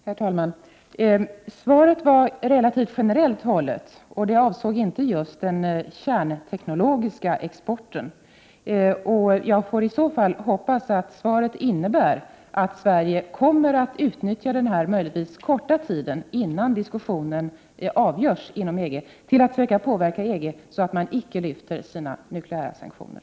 Herr talman! Svaret var relativt generellt hållet, och det avsåg inte särskilt den kärnteknologiska exporten. Jag får i så fall hoppas att svaret innebär att Sverige kommer att utnyttja den, möjligen, korta tiden innan diskussionen avgörs inom EG till att söka påverka EG så att man icke upphäver sina nukleära sanktioner.